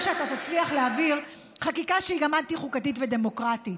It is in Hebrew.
שאתה תצליח להעביר חקיקה שהיא אנטי חוקתית ודמוקרטית.